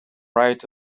right